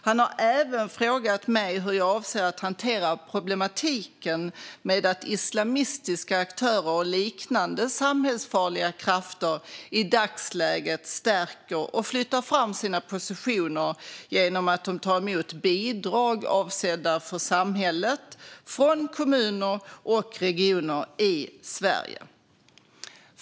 Han har även frågat mig hur jag avser att hantera problematiken med att islamistiska aktörer och liknande samhällsfarliga krafter i dagsläget stärker och flyttar fram sina positioner genom att de tar emot bidrag avsedda för civilsamhället från kommuner och regioner i Sverige.